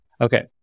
Okay